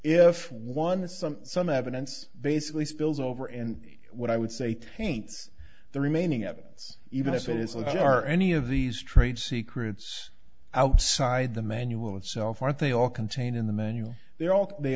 if one has some some evidence basically spills over and what i would say paints the remaining evidence even if it is like you are any of these trade secrets outside the manual itself are they all contained in the manual they're all they